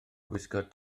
gwisgo